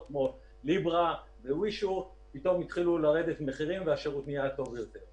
כמו ליברה ו-WeSure פתאום התחילו לרדת המחירים והשירות נהיה טוב יותר.